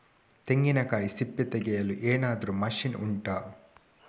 ತೆಂಗಿನಕಾಯಿ ಸಿಪ್ಪೆ ತೆಗೆಯಲು ಏನಾದ್ರೂ ಮಷೀನ್ ಉಂಟಾ